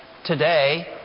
Today